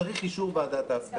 צריך את אישור ועדת ההסכמות.